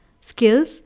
skills